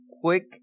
quick